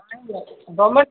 ନାହିଁ ନାହିଁ ଗଭର୍ଣ୍ଣମେଣ୍ଟ